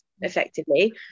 effectively